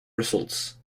results